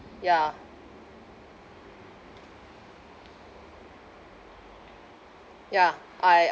ya ya I